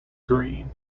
green